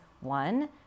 one